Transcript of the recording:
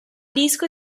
disco